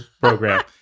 program